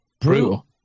brutal